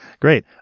great